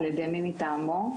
ע"י מי מטעמו,